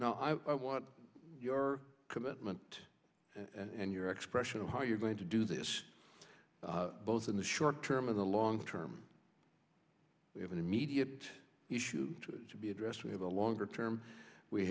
no i want your commitment and your expression of how you're going to do this both in the short term in the long term we have an immediate issue to be addressed we have a longer term we